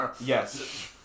Yes